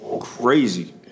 crazy